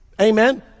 Amen